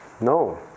No